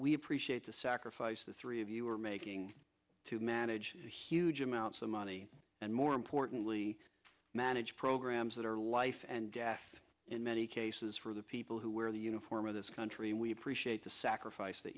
we appreciate the sacrifice the three of you are making to manage a huge amounts of money and more importantly manage programs that are life and death in many cases for the people who wear the uniform of this country we appreciate the sacrifice that